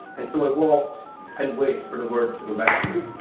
and so i walked and waited for the words to come back to me.